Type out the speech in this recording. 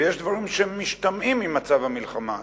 ויש דברים שמשתמעים ממצב המלחמה הזה.